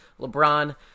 LeBron